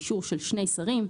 באישור של שני שרים,